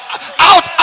out